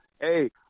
hey